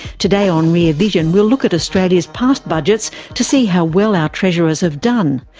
today on rear vision we'll look at australia's past budgets to see how well our treasurers have done.